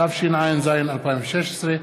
התשע"ז 2016,